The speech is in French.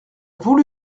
voulu